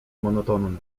monotonnej